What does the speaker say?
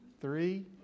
three